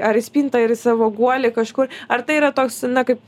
ar į spinta ar į savo guolį kažkur ar tai yra toks na kaip